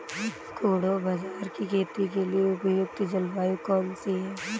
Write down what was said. कोडो बाजरा की खेती के लिए उपयुक्त जलवायु कौन सी है?